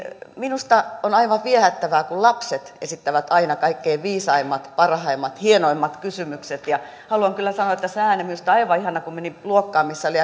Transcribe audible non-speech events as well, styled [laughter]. minusta on aivan viehättävää kun lapset esittävät aina kaikkein viisaimmat parhaimmat hienoimmat kysymykset haluan kyllä sanoa tässä ääneen että minusta oli aivan ihanaa kun menin luokkaan missä oli [unintelligible]